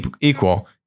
equal